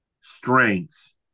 strengths